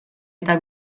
eta